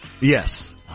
Yes